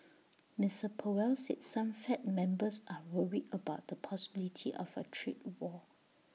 Mister powell said some fed members are worried about the possibility of A trade war